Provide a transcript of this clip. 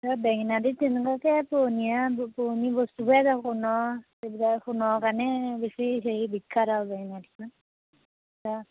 তাৰ পাছত বেঙেনাআটীত তেনেকুৱাকৈ পুৰণিয়া পুৰণি বস্তুবোৰেই আছে সোণৰ এইবিলাক সোণৰ কাৰণে বেছি হেৰি বিখ্যাত আৰু বেঙেনাআটীখন